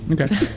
Okay